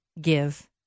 give